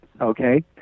Okay